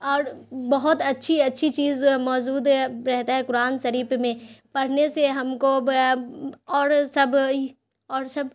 اور بہت اچھی اچھی چیز موجود رہتا ہے قرآن شریف میں پڑھنے سے ہم کو اور سب اور سب